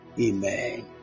Amen